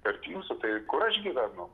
tarp jūsų tai kur aš gyvenu